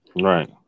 Right